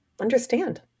understand